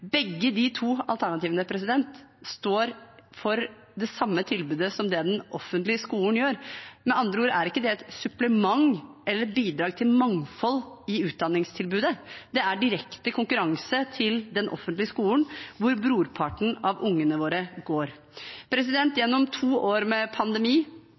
Begge de to alternativene står for det samme tilbudet som den offentlige skolen gjør – med andre ord er det ikke et supplement eller et bidrag til mangfold i utdanningstilbudet, det er direkte konkurranse til den offentlige skolen, hvor brorparten av ungene våre går. Gjennom to år med pandemi,